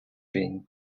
been